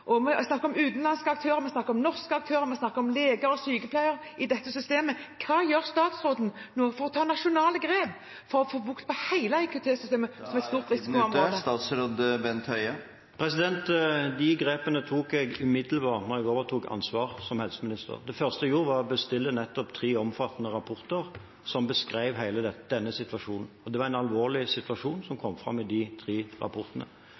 vi snakker om utenlandske aktører, om norske aktører, om leger og sykepleiere i dette systemet: Hva gjør da statsråden for å ta nasjonale grep for å få bukt med hele IKT-systemet, få bukt med dette risikoområdet? De grepene tok jeg umiddelbart da jeg overtok ansvaret som helseminister. Det første jeg gjorde, var å bestille tre omfattende rapporter som beskrev hele denne situasjonen, og det var en alvorlig situasjon som kom fram i de tre rapportene.